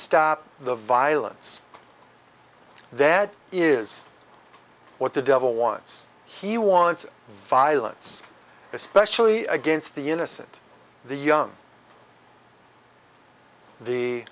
stop the violence that is what the devil wants he wants violence especially against the innocent the young the